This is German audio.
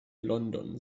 london